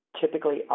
typically